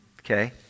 Okay